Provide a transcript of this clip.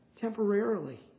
temporarily